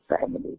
family